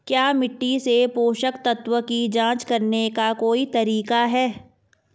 क्या मिट्टी से पोषक तत्व की जांच करने का कोई तरीका है?